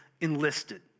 enlisted